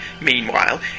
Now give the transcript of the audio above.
meanwhile